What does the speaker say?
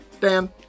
Dan